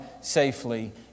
safely